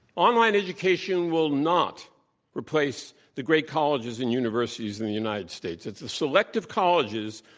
online education will not replace the great colleges and universities in the united states. at the selective colleges,